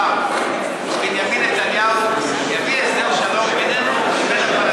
בנימין נתניהו יביא הסכם שלום בינינו לבין